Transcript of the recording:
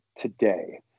today